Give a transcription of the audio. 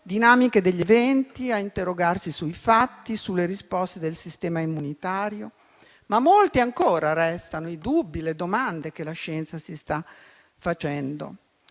dinamiche degli eventi, a interrogarsi sui fatti, sulle risposte del sistema immunitario. Tuttavia, sono ancora molti i dubbi e le domande che la scienza si sta ponendo.